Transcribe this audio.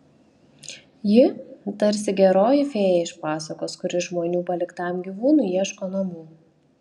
ji tarsi geroji fėja iš pasakos kuri žmonių paliktam gyvūnui ieško namų